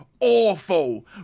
Awful